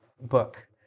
book